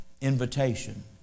invitation